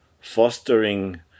fostering